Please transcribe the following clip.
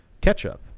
ketchup